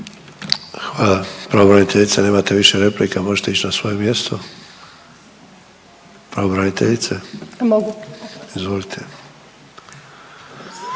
Hvala pravobraniteljice, nemate više replika, možete ići na svoje mjesto. Pravobraniteljice … .../Upadica: